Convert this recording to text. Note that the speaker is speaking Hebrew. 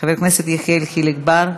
חבר הכנסת יחיאל חיליק בר,